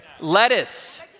Lettuce